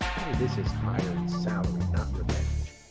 o, this is hire and salary, not revenge.